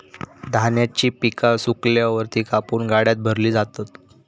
धान्याची पिका सुकल्यावर ती कापून गाड्यात भरली जातात